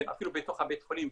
אפילו בתוך בית החולים,